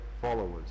followers